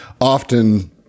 often